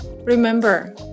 Remember